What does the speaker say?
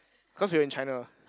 cause we're in China